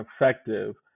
effective